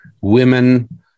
women